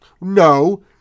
no